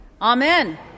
Amen